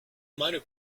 minor